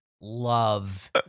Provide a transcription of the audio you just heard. love